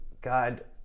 God